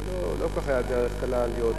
דרכך לא היתה קלה להיות סגנית.